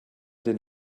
den